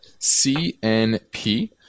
CNP